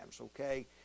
okay